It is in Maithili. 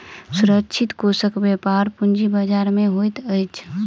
सुरक्षित कोषक व्यापार पूंजी बजार में होइत अछि